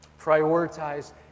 Prioritize